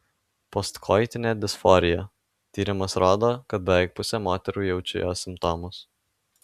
postkoitinė disforija tyrimas rodo kad beveik pusė moterų jaučia jos simptomus